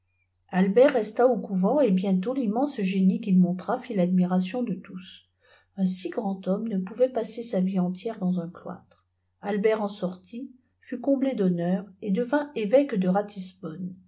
albert res au couvent et bientôt l'immense génie qu'il montra fit l'admiration de tous un si grand homme ne pouvait passer sa vie entière dans un cloître albert en sortit fut comblé d'honneurs et devint évoque de ratisbonne